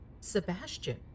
Sebastian